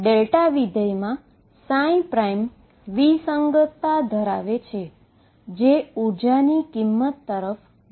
કારણ કે ફંક્શનમાં ડીસકન્ટીન્યુટી ધરાવે છે જે એનર્જીની કિંમત તરફ દોરી જાય છે